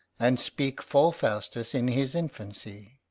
and speak for faustus in his infancy.